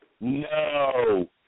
No